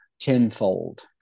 tenfold